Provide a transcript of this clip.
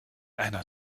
einer